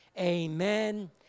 amen